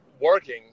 working